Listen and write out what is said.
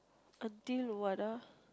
until what ah